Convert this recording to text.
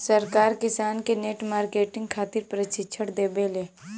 सरकार किसान के नेट मार्केटिंग खातिर प्रक्षिक्षण देबेले?